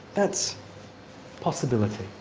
that's possibility,